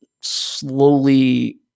slowly